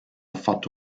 fatto